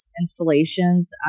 installations